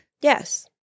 yes